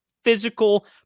physical